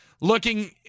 looking